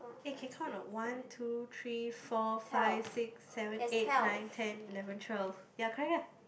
eh can count no one two three four five six seven eight nine ten eleven twelve ya correct